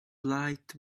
light